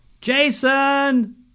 Jason